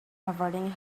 averting